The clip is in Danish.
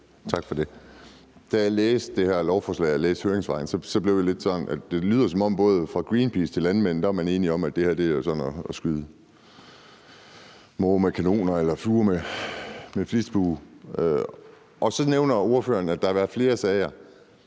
Tak for det. Da jeg læste det her lovforslag og høringssvarene, lød det lidt, som om man fra Greenpeace til landmænd var enige om, at det her er at skyde måger med kanoner eller fluer med flitsbue. Så nævner ordføreren, at der har været flere sager.